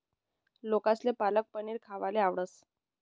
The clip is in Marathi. लोकेसले पालक पनीर खावाले आवडस